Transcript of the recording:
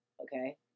okay